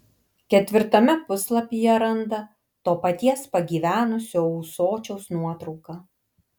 ketvirtame puslapyje randa to paties pagyvenusio ūsočiaus nuotrauką